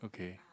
okay